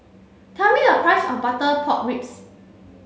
tell me the price of butter pork ribs